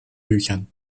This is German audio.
büchern